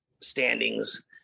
standings